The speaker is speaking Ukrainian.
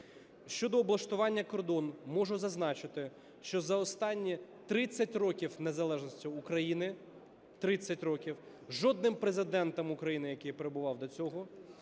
Щодо облаштування кордону. Можу зазначити, що за останні 30 років незалежності України, 30 років, жодним Президентом України, який перебував до цього,